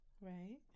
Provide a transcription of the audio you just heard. right